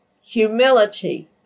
humility